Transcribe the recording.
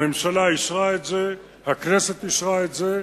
הממשלה אישרה את זה, הכנסת אישרה את זה,